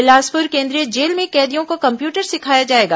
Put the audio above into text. बिलासपुर केंद्रीय जेल में कैदियों को कम्प्यूटर सिखाया जाएगा